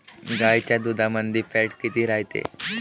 गाईच्या दुधामंदी फॅट किती रायते?